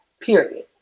Period